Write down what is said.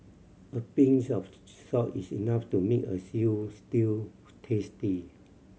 a pinch of salt is enough to make a stew tasty